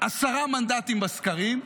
עשרה מנדטים בסקרים,